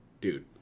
dude